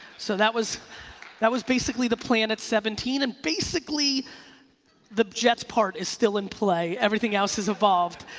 so that was that was basically the plan at seventeen and basically the jets part is still in play. everything else has evolved.